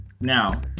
Now